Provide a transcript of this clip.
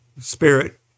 spirit